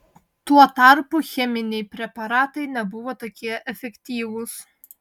tuo tarpu cheminiai preparatai nebuvo tokie efektyvūs